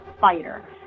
fighter